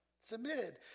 Submitted